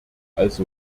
also